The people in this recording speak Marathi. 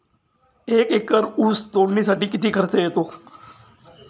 एक एकर ऊस तोडणीसाठी किती खर्च येतो?